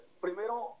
Primero